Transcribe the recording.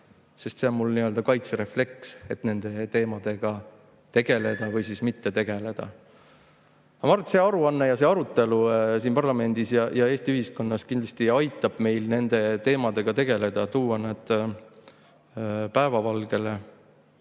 See on mul nii-öelda kaitserefleks, et nende teemadega mitte tegeleda. Ma arvan, et see aruanne ja see arutelu siin parlamendis ja Eesti ühiskonnas kindlasti aitab meil nende teemadega tegeleda, tuua need päevavalgele